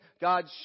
God